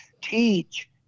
teach